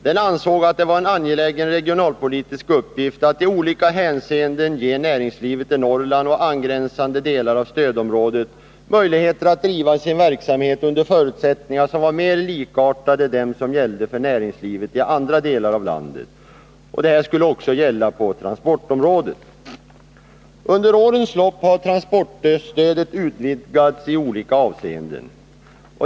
Den ansåg att det var en angelägen regionalpolitisk uppgift att i olika hänseenden ge näringslivet i Norrland och angränsande delar av stödområdet möjligheter att driva sin verksamhet under förutsättningar som var mer likartade dem som gällde för näringslivet i andra delar av landet. Detta skulle också gälla på transportområdet. Under årens lopp har transportstödet utvidgats i olika avseenden.